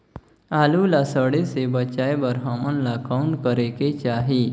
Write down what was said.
आलू ला सड़े से बचाये बर हमन ला कौन करेके चाही?